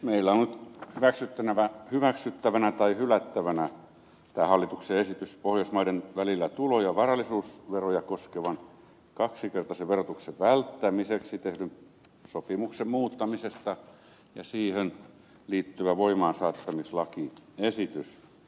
meillä on hyväksyttävänä tai hylättävänä tämä hallituksen esitys pohjoismaiden välillä tulo ja varallisuusveroja koskevan kaksinkertaisen verotuksen välttämiseksi tehdyn sopimuksen muuttamisesta ja siihen liittyvä voimaansaattamislakiesitys